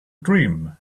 dream